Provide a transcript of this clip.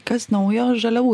kas naujo žaliavų